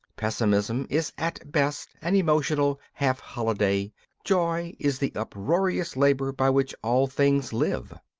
pessimism is at best an emotional half-holiday joy is the uproarious labour by which all things live.